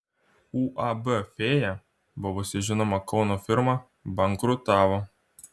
uab fėja buvusi žinoma kauno firma bankrutavo